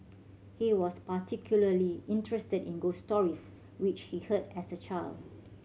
he was particularly interested in ghost stories which he heard as a child